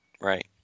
Right